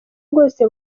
bwose